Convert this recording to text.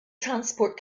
transport